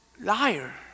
Liar